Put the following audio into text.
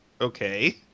okay